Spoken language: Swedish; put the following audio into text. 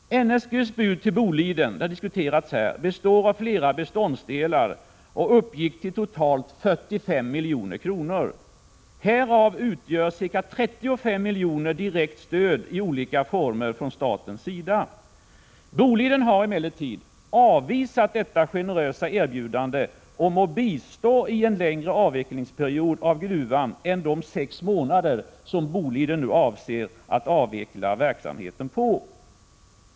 NSG:s bud till Boliden — det har diskuterats här — har flera beståndsdelar och uppgick till totalt 45 milj.kr. Härav utgör ca 35 miljoner direkt stöd i olika former från statens sida. Boliden har emellertid avvisat detta generösa erbjudande om bistånd vid en längre avvecklingsperiod av gruvan än de sex månader som Boliden nu avser att avveckla verksamheten på.